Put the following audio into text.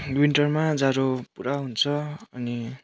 विन्टरमा जाडो पुरा हुन्छ अनि